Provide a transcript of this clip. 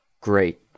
Great